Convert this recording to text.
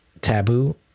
taboo